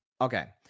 okay